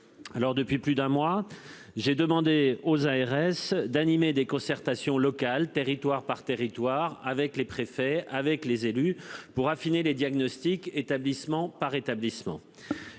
Alors depuis plus d'un mois, j'ai demandé aux ARS d'animer des concertations locales, territoire par territoire, avec les préfets avec les élus pour affiner les diagnostics, établissement par établissement.